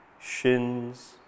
shins